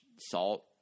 salt